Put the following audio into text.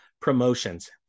promotions